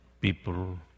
people